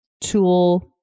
tool